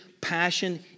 passion